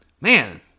man